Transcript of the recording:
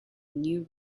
new